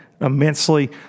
immensely